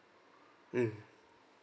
mm